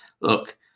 look